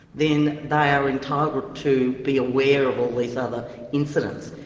then they are entitled to be aware of all these other incidents.